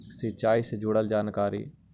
सिंचाई से जुड़ल जानकारी?